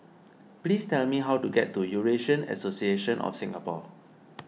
please tell me how to get to Eurasian Association of Singapore